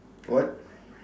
what